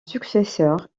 successeur